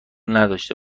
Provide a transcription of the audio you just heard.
نداشته